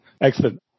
Excellent